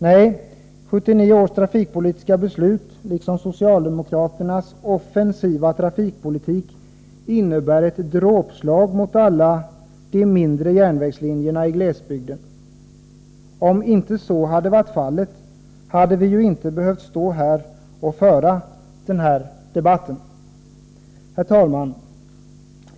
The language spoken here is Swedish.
Nej, 1979 års trafikpolitiska beslut, liksom socialdemokraternas offensiva trafikpolitik, innebär ett dråpslag mot alla de mindre järnvägslinjerna i glesbygden. Om inte så hade varit fallet, hade vi ju inte behövt stå här och föra den här debatten. Herr talman!